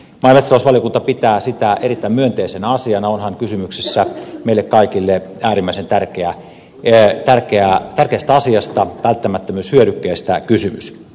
maa ja metsätalousvaliokunta pitää sitä erittäin myönteisenä asiana onhan meille kaikille äärimmäisen tärkeästä asiasta välttämättömyyshyödykkeestä kysymys